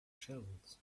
shells